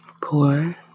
pour